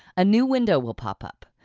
a new window will pop up.